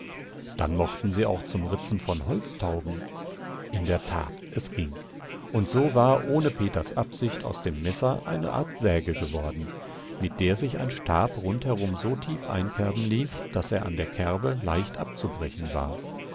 dann mochten sie auch zum ritzen von holz taugen in der tat es ging und so war ohne peters absicht aus dem messer eine art säge geworden mit der sich ein stab rundherum so tief einkerben ließ daß er an der kerbe leicht abzubrechen war